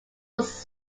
was